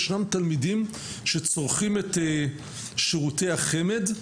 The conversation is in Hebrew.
ישנם תלמידים שצורכים את שירותי החמ"ד,